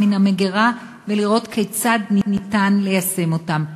מן המגירה ולראות כיצד ניתן ליישם אותן.